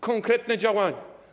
Konkretne działanie.